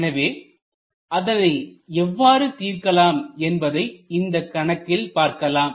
எனவே அதனை எவ்வாறு தீர்க்கலாம் என்பதை இந்த கணக்கில் பார்க்கலாம்